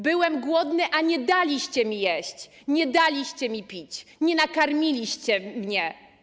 Byłem głodny, a nie daliście mi jeść, nie daliście mi pić, nie nakarmiliście mnie.